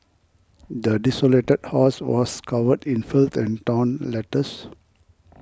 the desolated house was covered in filth and torn letters